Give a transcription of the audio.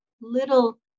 little